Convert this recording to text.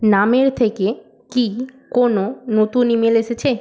নামের থেকে কি কোনও নতুন ইমেল এসেছে